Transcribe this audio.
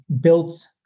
built